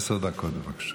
עשר דקות, בבקשה.